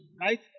right